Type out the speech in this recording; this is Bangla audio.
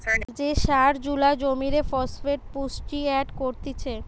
যে সার জুলা জমিরে ফসফেট পুষ্টি এড করতিছে